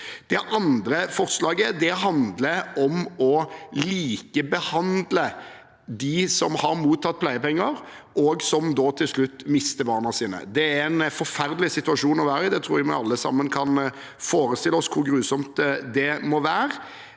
Det andre forslaget handler om å likebehandle dem som har mottatt pleiepenger og til slutt mister barna sine. Det er en forferdelig situasjon å være i. Jeg tror vi alle sammen kan forestille oss hvor grusomt det må være.